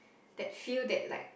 that feel that like